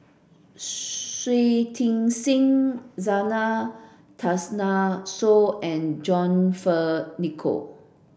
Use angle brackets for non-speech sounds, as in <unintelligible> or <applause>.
<unintelligible> Shui Tit Sing Zena Tessensohn and John Fearns Nicoll